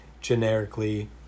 generically